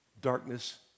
darkness